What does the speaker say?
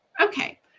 Okay